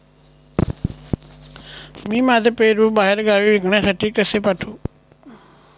मी माझे पेरू बाहेरगावी विकण्यासाठी कसे पाठवू?